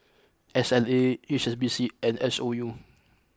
S L A H S B C and S O U